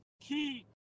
key